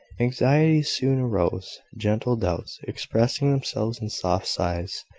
anxieties soon arose gentle doubts expressing themselves in soft sighs,